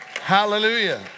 Hallelujah